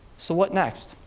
so what next?